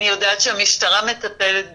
אני יודעת שהמשטרה מטפלת בזה,